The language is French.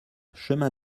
chemin